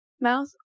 mouth